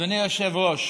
אדוני היושב-ראש,